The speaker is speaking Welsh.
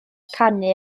canu